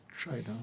China